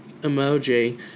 emoji